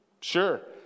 Sure